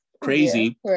crazy